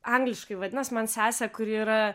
angliškai vadinas man sesė kuri yra